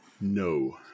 no